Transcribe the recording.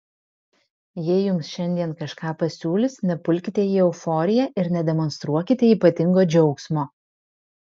jei jums šiandien kažką pasiūlys nepulkite į euforiją ir nedemonstruokite ypatingo džiaugsmo